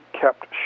kept